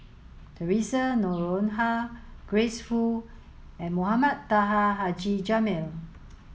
Theresa Noronha Grace Fu and Mohamed Taha Haji Jamil